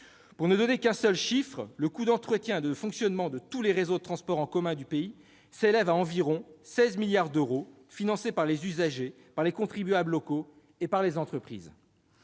Pour ne donner qu'un seul chiffre, le coût consacré à l'entretien et au fonctionnement de tous les réseaux de transport en commun du pays s'élève à environ 16 milliards d'euros, somme financée par les usagers, les contribuables locaux et les entreprises.